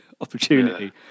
opportunity